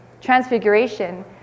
Transfiguration